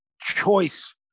choice